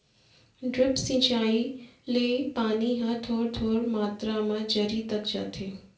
drip सिंचई ले पानी ह थोर थोर मातरा म जरी तक जाथे